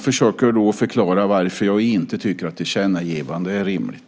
Jag försöker då att förklara varför jag inte tycker att ett tillkännagivande är rimligt.